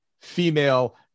female